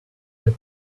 that